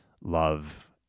love